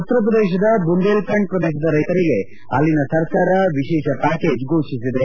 ಉತ್ತರ ಪ್ರದೇಶದ ಬುಂದೇಲ್ಖಂಡ್ ಪ್ರದೇಶದ ರೈತರಿಗೆ ಅಲ್ಲಿನ ಸರ್ಕಾರ ವಿಶೇಷ ಪ್ಲಾಕೇಜ್ ಘೋಷಿಸಿದೆ